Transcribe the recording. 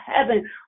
heaven